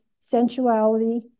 sensuality